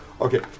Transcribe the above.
Okay